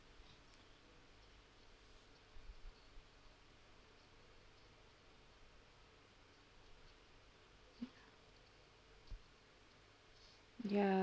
ya